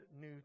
New